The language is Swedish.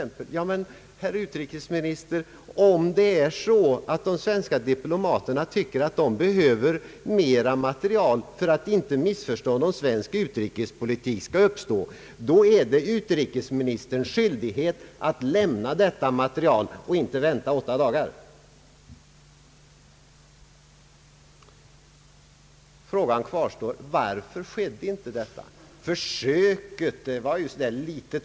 Men, herr utrikesminister, om de svenska diplomaterna anser att det behövs mera material för att inte missförstånd skall uppstå, då är det utrikesministerns skyldighet att lämna sådant material och inte vänta åtta dagar. Frågan kvarstår: Varför skedde inte detta klarläggande?